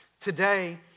today